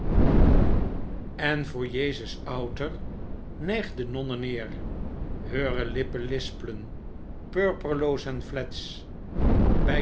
en voor jezus outer nijgt de nonne neer heure lippen lisplen purperloos en flets